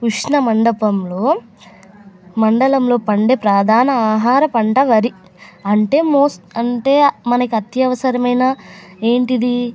ఉష్ణ మండపంలో మండలంలో పండే ప్రధాన ఆహార పంట వరి అంటే మోస్ట్ అంటే మనకి అత్యవసరమైన ఏది